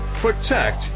protect